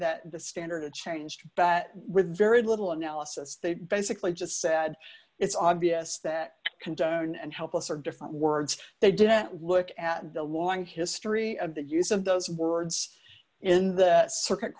that the standard changed bat with very little analysis they basically just said it's obvious that condone and helpless are different words they didn't look at the long history of the use of those words in the circuit